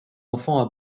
enfants